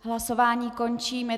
Hlasování končím.